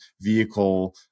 vehicle